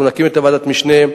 אנחנו נקים את ועדת המשנה.